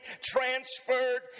transferred